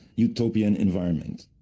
utopian environment.